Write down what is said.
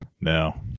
No